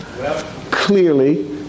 clearly